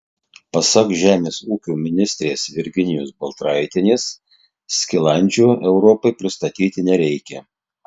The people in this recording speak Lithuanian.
pasak žemės ūkio ministrės virginijos baltraitienės skilandžio europai pristatyti nereikia